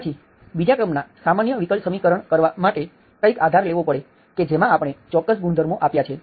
પછી બીજા ક્રમના સામાન્ય વિકલ સમીકરણ કરવા માટે કંઈક આધાર લેવો પડે કે જેમાં આપણે ચોક્કસ ગુણધર્મો આપ્યા છે